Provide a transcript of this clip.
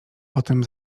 potem